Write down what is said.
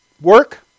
work